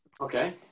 Okay